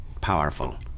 powerful